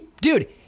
dude